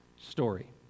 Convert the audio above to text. story